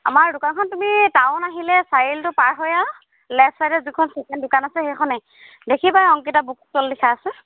আমাৰ দোকানখন তুমি টাউন আহিলে চাৰিআলিটো পাৰ হৈ আৰু লেফট চাইডত যিখন চেকেণ্ড দোকান আছে সেইখনে দেখিবাই অংকিতা বুক ষ্টল লিখা আছে